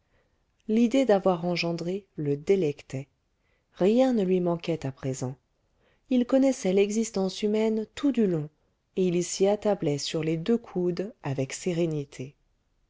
l'idée d'avoir engendré le délectait rien ne lui manquait à présent il connaissait l'existence humaine tout du long et il s'y attablait sur les deux coudes avec sérénité